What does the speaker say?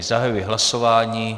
Zahajuji hlasování.